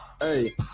Hey